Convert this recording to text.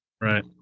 right